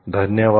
धन्यवाद